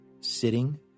sitting